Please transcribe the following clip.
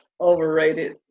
overrated